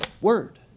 Word